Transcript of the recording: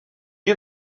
you